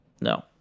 no